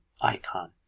icon